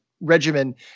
regimen